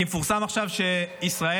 כי מפורסם עכשיו שישראל,